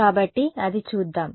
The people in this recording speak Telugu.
కాబట్టి అది చూద్దాం